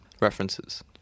References